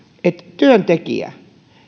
että työntekijä